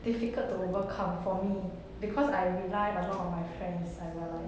difficult to overcome for me because I rely a lot on my friends I realised